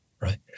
Right